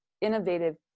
innovative